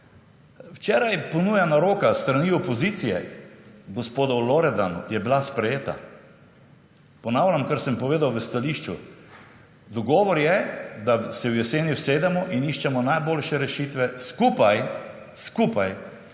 Včeraj ponujena roka s strani opozicije gospodu Loredanu je bila sprejeta. Ponavljam, kar sem povedal v stališču, dogovor je, da se v jeseni usedemo, in iščemo najboljše rešitve skupaj, skupaj